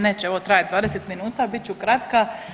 Neće ovo trajati 20 minuta, bit ću kratka.